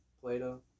Plato